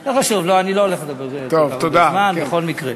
לא חשוב, אני לא הולך לדבר הרבה זמן בכל מקרה.